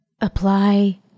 apply